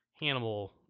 Hannibal